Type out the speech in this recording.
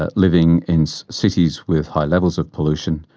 ah living in cities with high levels of pollution,